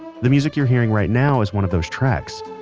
the music you're hearing right now is one of those tracks.